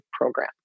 program